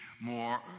more